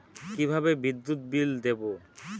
কিভাবে বিদ্যুৎ বিল দেবো?